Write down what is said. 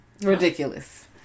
Ridiculous